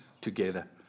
together